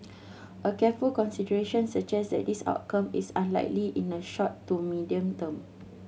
a careful consideration suggest that this outcome is unlikely in the short to medium term